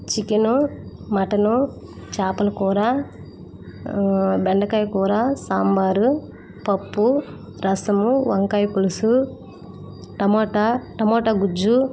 chicken mutton చేపల కూర బెండకాయ కూర సాంబారు పప్పు రసము వంకాయ పులుసు టమోటా టమోటా గుజ్జు